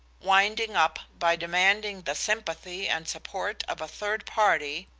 winding up by demanding the sympathy and support of a third party,